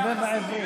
דבר בעברית.